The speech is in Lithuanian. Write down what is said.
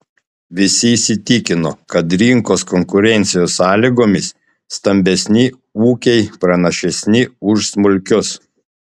visi įsitikino kad rinkos konkurencijos sąlygomis stambesni ūkiai pranašesni už smulkius